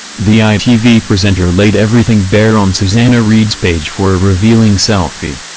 the itv presenter laid everything bare on susanna reid's page for a revealing selfie.